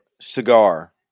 Cigar